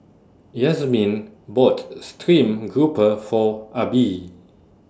Yazmin bought Stream Grouper For Abie